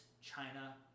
China